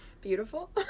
Beautiful